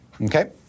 Okay